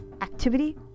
activity